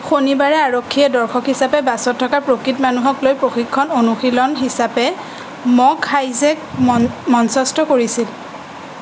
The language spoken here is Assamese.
শনিবাৰে আৰক্ষীয়ে দৰ্শক হিচাপে বাছত থকা প্ৰকৃত মানুহক লৈ প্ৰশিক্ষণ অনুশীলন হিচাপে ম'ক হাইজেক মঞ্চস্থ কৰিছিল